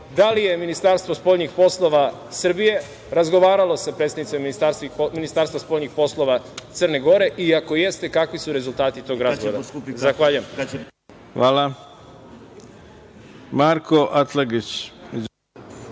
da li je Ministarstvo spoljnih poslova Srbije razgovaralo sa predstavnicima Ministarstva spoljnih poslova Crne Gore i ako jeste kakvi su rezultati tog razgovora. Zahvaljujem. **Ivica Dačić**